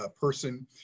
person